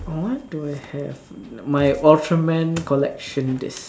uh what do I have my ultraman collection disks